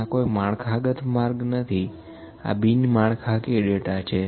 પણ આં કોઈ માળખાગત માર્ગ નથી આં બીનમાળખાકિય ડેટા છે